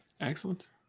excellent